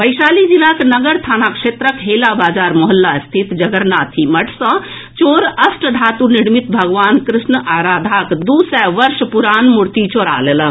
वैशाली जिलाक नगर थाना क्षेत्रक हेलाबाजार मोहल्ला स्थित जगरनाथी मठ सँ चोर अष्टधातु निर्मित भगवान कृष्ण आ राधाक दू सय वर्ष पुरान मूर्ति चोरा लेलक